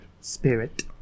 spirit